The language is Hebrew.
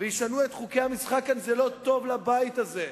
וישנו את חוקי המשחק כאן, זה לא טוב לבית הזה.